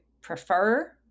prefer